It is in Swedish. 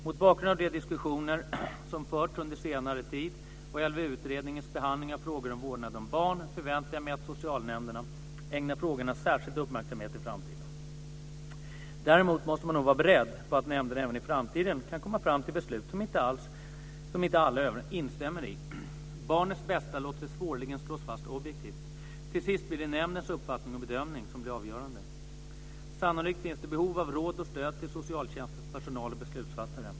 Mot bakgrund av de diskussioner som förts under senare tid och LVU-utredningens behandling av frågor om vårdnad om barn förväntar jag mig att socialnämnderna ägnar frågorna särskild uppmärksamhet i framtiden. Däremot måste man nog vara beredd på att nämnderna även i framtiden kan komma fram till beslut som inte alla instämmer i. Barnets bästa låter sig svårligen slås fast objektivt. Till sist blir det nämndens uppfattning och bedömning som blir avgörande. Sannolikt finns det behov av råd och stöd till socialtjänstens personal och beslutsfattare.